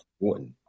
important